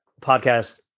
podcast